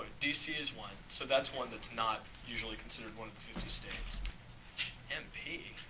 dc is one, so that's one that's not usually considered one of the fifty states mp.